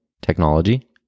technology